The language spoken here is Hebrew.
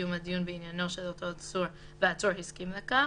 קיום הדיון בעניינו של אותו עצור והעצור הסכים לכך,